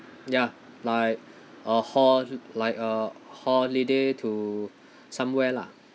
ya like a ho~ like a holiday to somewhere lah